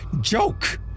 joke